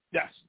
Yes